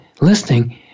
listening